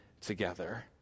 together